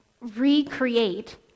recreate